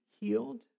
healed